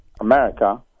America